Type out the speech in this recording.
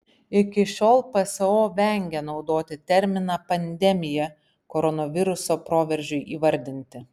iki šiol pso vengė naudoti terminą pandemija koronaviruso proveržiui įvardinti